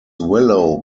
willow